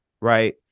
right